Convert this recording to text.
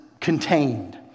contained